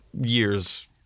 years